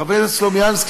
חבר הכנסת סלומינסקי,